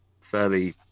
fairly